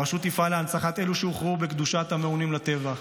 הרשות תפעל להנצחת אלו שהוכרעו בקדושת המעונים לטבח,